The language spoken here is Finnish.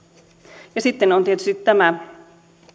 myöskin pelastustoimen uudistus ja sitten on tietysti tämä